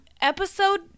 episode